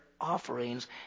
offerings